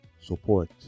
Support